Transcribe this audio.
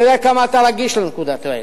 אני יודע כמה אתה רגיש לנקודות האלה.